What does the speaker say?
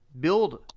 build